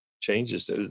changes